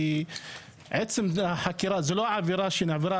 כי עצם החקירה,